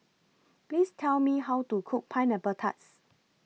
Please Tell Me How to Cook Pineapple Tart